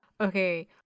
Okay